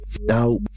now